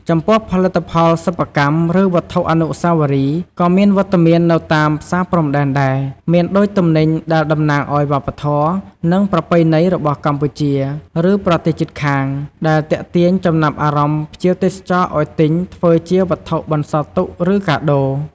ចំពោះផលិតផល សិប្បកម្ម និងវត្ថុអនុស្សាវរីយ៍ ក៏មានវត្តមាននៅតាមផ្សារព្រំដែនដែរ មានដូចទំនិញដែលតំណាងឱ្យវប្បធម៌ និងប្រពៃណីរបស់កម្ពុជា ឬប្រទេសជិតខាង ដែលទាក់ទាញចំណាប់អារម្មណ៍ភ្ញៀវទេសចរឱ្យទិញធ្វើជាវត្ថុបន្សល់ទុក ឬកាដូ។